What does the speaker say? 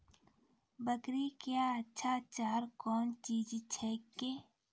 बकरी क्या अच्छा चार कौन चीज छै के?